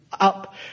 up